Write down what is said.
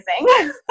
amazing